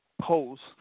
post